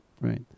Right